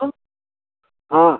हाँ